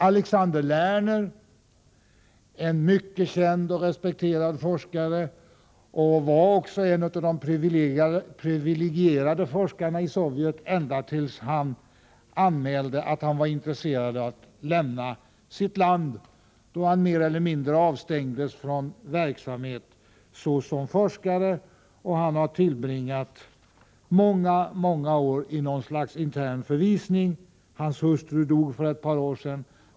Alexander Lerner är en mycket känd och respekterad forskare och var också en av de privilegierade forskarna i Sovjetunionen ända till dess han anmälde att han var intresserad av att lämna sitt land — då han mer eller mindre avstängdes från verksamhet såsom forskare. Han har tillbringat många år i något slags intern förvisning. Hans hustru dog för ett par år sedan.